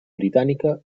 britànica